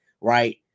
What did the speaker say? Right